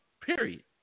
period